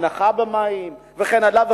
הנחה במים וכן הלאה,